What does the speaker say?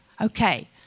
Okay